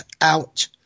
out